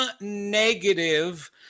negative